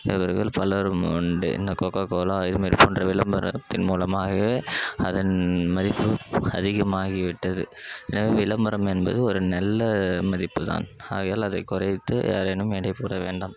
செய்பவர்கள் பலரும் உண்டு இந்த கொக்கோ கோலா இதுமாரி போன்ற விளம்பரத்தின் மூலமாக அதன் மதிப்பு அதிகமாகி விட்டது எனவே விளம்பரம் என்பது ஒரு நல்ல மதிப்பு தான் ஆகையால் அதை குறைத்து யாரேனும் எடை போட வேண்டாம்